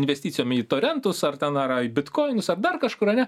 investicijom į torentus ar ten ar į bitkoinus ar dar kažkur ane